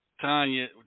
Tanya